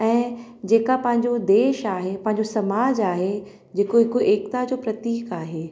ऐं जेका पंहिंजो देश आहे पंहिंजो समाज आहे जेको हिकु एकता जो प्रतिक आहे